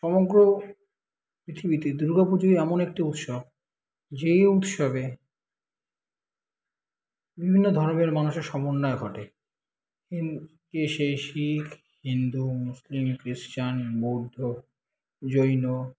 সমগ্র পৃথিবীতে দুর্গা পুজোই এমন একটি উৎসব যেই উৎসবে বিভিন্ন ধর্মের মানুষের সমন্বয় ঘটে হিন এ সেই শিখ হিন্দু মুসলিম খ্রিশ্চান বৌদ্ধ জৈন